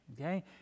Okay